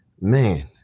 Man